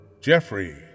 Jeffrey